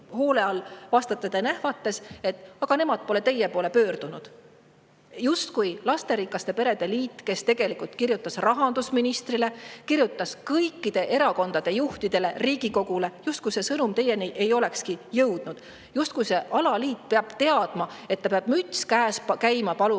vastasite te nähvates, et nemad pole teie poole pöördunud. Lasterikaste perede liit tegelikult kirjutas rahandusministrile, kirjutas kõikide erakondade juhtidele, Riigikogule, aga see sõnum justkui teieni ei olekski jõudnud. Justkui see alaliit peab teadma, et ta peab, müts käes, käima palumas